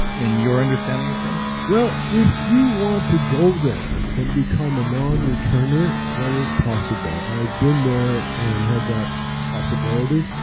in your understanding of things? well, if you want to go there and become a non-returner, that is possible. i've been there and had that possibility.